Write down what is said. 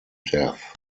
death